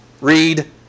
read